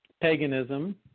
Paganism